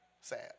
Sad